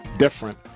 different